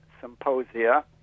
symposia